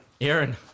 Aaron